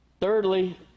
Thirdly